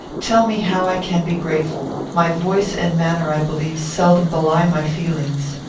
tell me how i can be grateful my voice and manner, i believe, seldom belie my feelings.